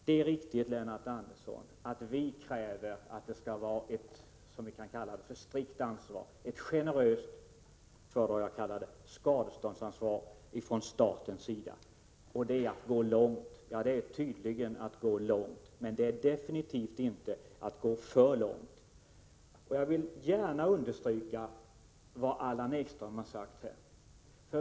Det är riktigt, Lennart Andersson, att vi kräver ett strikt ansvar, ett som jag föredrar att kalla det generöst skadeståndsansvar från statens sida. Det är tydligen att gå långt, men det är inte att gå för långt. Jag vill gärna understryka vad Allan Ekström sade.